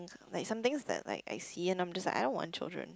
like somethings that like I see and I'm just like I don't want children